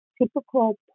Typical